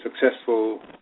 successful